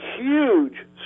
huge